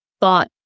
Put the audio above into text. thought